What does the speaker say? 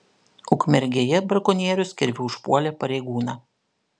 ukmergėje brakonierius kirviu užpuolė pareigūną